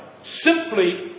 simply